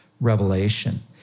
Revelation